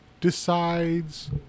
decides